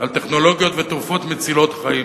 למצילות חיים